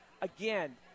Again